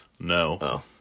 No